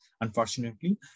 unfortunately